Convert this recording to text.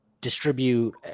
distribute